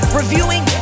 reviewing